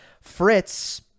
Fritz